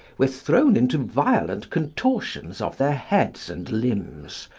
were thrown into violent contortions of their heads and limbs,